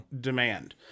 demand